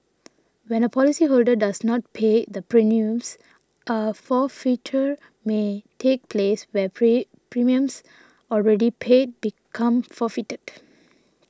when a policyholder does not pay the premiums a forfeiture may take place where premiums already paid become forfeited